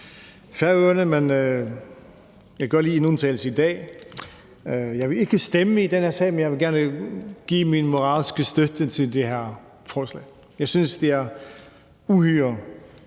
Færøerne, men jeg gør lige en undtagelse i dag. Jeg vil ikke stemme i den her sag, men jeg vil gerne give min moralske støtte til det her forslag. Jeg synes, det er uhyre